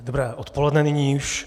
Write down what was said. Dobré odpoledne nyní už.